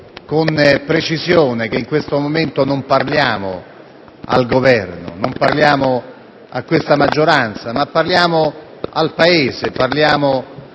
con precisione che in questo momento non parliamo al Governo, non parliamo a questa maggioranza, ma parliamo al Paese, alla